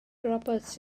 roberts